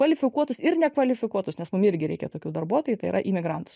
kvalifikuotus ir nekvalifikuotus nes mum irgi reikia tokių darbuotojų tai yra imigrantus